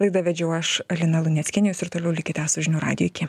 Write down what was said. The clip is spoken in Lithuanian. laidą vedžiau aš lina luneckienė jūs ir toliau likite su žinių radiju iki